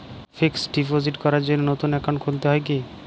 Fix deposit করার জন্য নতুন অ্যাকাউন্ট খুলতে হয় কী?